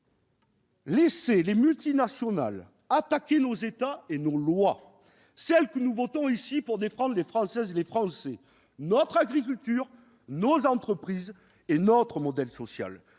laisser les multinationales attaquer nos États et nos lois, celles que nous votons ici pour défendre les Françaises et Français, notre agriculture, nos entreprises, notre modèle social